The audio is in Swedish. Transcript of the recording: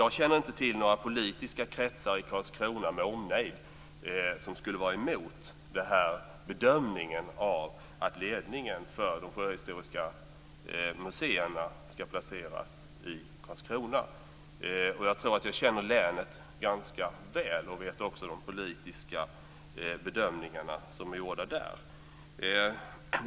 Jag känner inte till några politiska kretsar i Karlskrona med omnejd som skulle vara emot bedömningen att ledningen för de sjöhistoriska museerna ska placeras i Karlskrona. Jag tror att jag känner till länet ganska väl och vet också vilka politiska bedömningar som har gjorts där.